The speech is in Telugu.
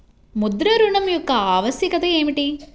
ముద్ర ఋణం యొక్క ఆవశ్యకత ఏమిటీ?